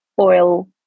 oil